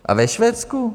A ve Švédsku?